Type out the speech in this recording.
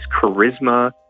charisma